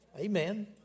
Amen